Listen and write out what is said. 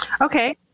Okay